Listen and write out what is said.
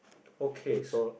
okay so